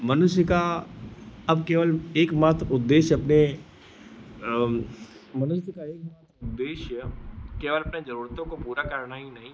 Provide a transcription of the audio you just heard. मनुष्य का अब केवल एकमात्र उद्देश्य अपने मनुष्य का एकमात्र उद्देश्य केवल अपनी ज़रूरतों को पूरा करना ही नहीं है